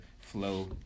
flow